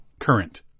current